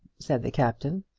said the captain.